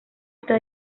esta